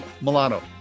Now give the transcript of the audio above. milano